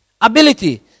ability